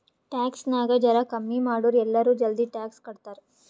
tax ನಾಗ್ ಜರಾ ಕಮ್ಮಿ ಮಾಡುರ್ ಎಲ್ಲರೂ ಜಲ್ದಿ ಟ್ಯಾಕ್ಸ್ ಕಟ್ತಾರ್